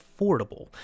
affordable